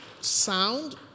sound